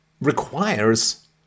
requires